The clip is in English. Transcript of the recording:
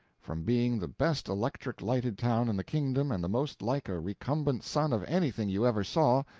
from being the best electric-lighted town in the kingdom and the most like a recumbent sun of anything you ever saw,